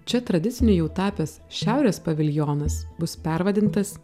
čia tradiciniu jau tapęs šiaurės paviljonas bus pervadintas